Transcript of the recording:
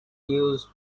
used